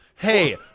Hey